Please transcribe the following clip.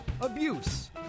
abuse